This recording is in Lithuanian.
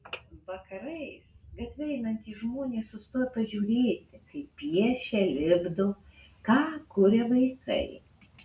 vakarais gatve einantys žmonės sustoja pažiūrėti kaip piešia lipdo ką kuria vaikai